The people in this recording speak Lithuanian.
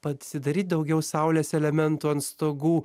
pasidaryti daugiau saulės elementų ant stogų